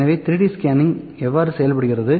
எனவே 3D scanning எவ்வாறு செயல்படுகிறது